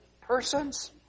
persons